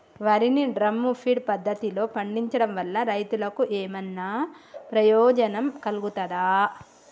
వరి ని drum feed పద్ధతిలో పండించడం వల్ల రైతులకు ఏమన్నా ప్రయోజనం కలుగుతదా?